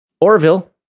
Orville